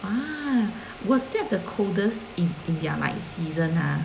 ah was that the coldest in in their like season ah